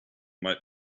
might